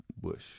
Bush